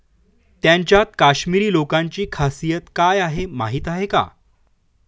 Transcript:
त्यांच्यात काश्मिरी लोकांची खासियत काय आहे माहीत आहे का?